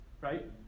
right